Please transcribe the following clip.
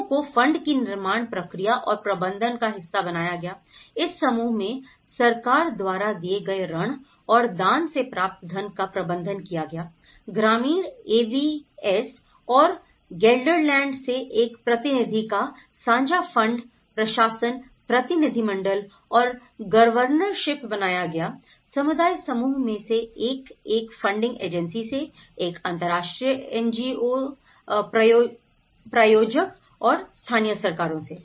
लोगों को फंड की निर्माण प्रक्रिया और प्रबंधन का हिस्सा बनाया गयाI इस समूह में सरकार द्वारा दिए गए ऋण और दान से प्राप्त धन का प्रबंधन किया गया ग्रामीण एवीएस और गेल्डरलैंड से एक प्रतिनिधि का साझा फंड प्रशासन प्रतिनिधिमंडल और गवर्नरशिप बनाया गया समुदाय समूह में से एक एक फंडिंग एजेंसी से एक अंतर्राष्ट्रीय एनजीओ प्रायोजक और स्थानीय सरकारों से